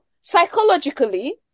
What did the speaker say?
psychologically